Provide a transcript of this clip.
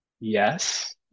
Yes